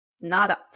nada